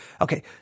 Okay